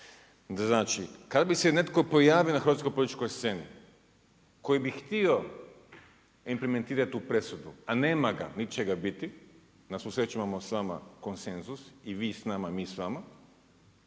Znači, kad bi se netko pojavio na hrvatskoj političkoj sceni, koji bi htio implementirati tu presudu, a nema ga nit će ga biti, na svu sreću imamo s vama konsenzus, i vi s nama, mi s vama,